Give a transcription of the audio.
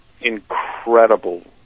incredible